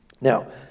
Now